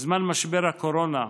בזמן משבר הקורונה,